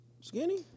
Skinny